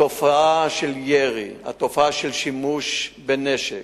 התופעה של ירי, התופעה של שימוש בנשק,